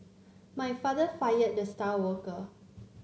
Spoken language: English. my father fired the star worker